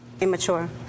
Immature